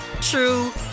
true